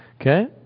Okay